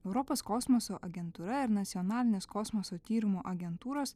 europos kosmoso agentūra ir nacionalinės kosmoso tyrimo agentūros